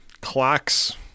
clocks